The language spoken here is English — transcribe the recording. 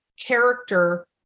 character